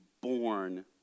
born